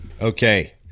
Okay